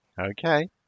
okay